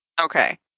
Okay